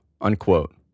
unquote